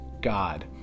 God